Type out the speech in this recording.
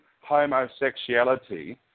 homosexuality